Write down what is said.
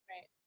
Right